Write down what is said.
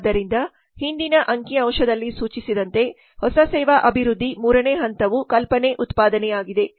ಆದ್ದರಿಂದ ಹಿಂದಿನ ಅಂಕಿ ಅಂಶದಲ್ಲಿ ಸೂಚಿಸಿದಂತೆ ಹೊಸ ಸೇವಾ ಅಭಿವೃದ್ಧಿಯ ಮೂರನೇ ಹಂತವು ಕಲ್ಪನೆ ಉತ್ಪಾದನೆಯಾಗಿದೆ